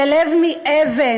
זה לב מאבן,